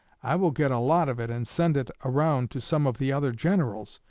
i will get a lot of it and send it around to some of the other generals,